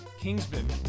Kingsman